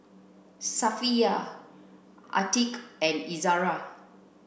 Safiya Atiqah and Izara